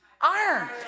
iron